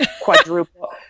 Quadruple